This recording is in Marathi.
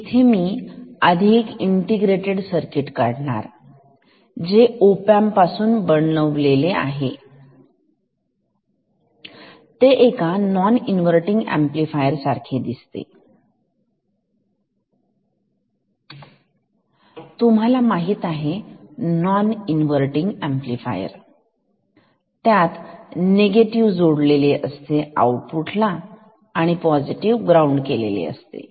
आता इथे मी आधी एक इंटिग्रेटेड सर्किट काढणार जे ओपॅम्प पासून बनलेले आहे ते एका नॉन इन्वर्तींग अंपलिफायर सारखे दिसते तुम्हाला माहित आहे नॉन इन्वर्तींग अंपलिफायर त्यात निगेटिव्ह जोडलेले असते आऊटपुटला आणि पोसिटीव ग्राउंड केलेले असते